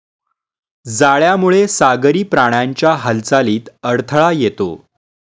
जाळ्यामुळे सागरी प्राण्यांच्या हालचालीत अडथळा येतो